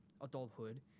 adulthood